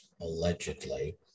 allegedly